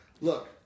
look